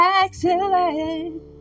excellent